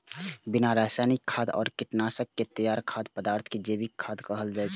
बिना रासायनिक खाद आ कीटनाशक के तैयार खाद्य पदार्थ कें जैविक खाद्य कहल जाइ छै